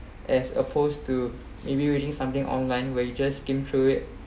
as opposed to maybe reading something online when you just skim through it